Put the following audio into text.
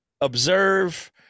observe